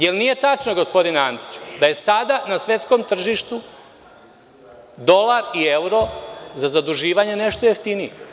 Zar nije tačno, gospodine Antiću, da je sada na svetskom tržištu dolar i evro za zaduživanje nešto jeftiniji?